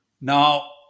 Now